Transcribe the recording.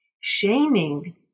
Shaming